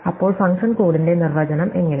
അപ്പോൾ ഫംഗ്ഷൻ കോഡിന്റെ നിർവചനം എങ്ങനെ